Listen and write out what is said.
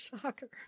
Shocker